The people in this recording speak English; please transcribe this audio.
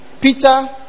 Peter